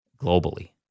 globally